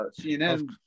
CNN